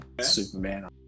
Superman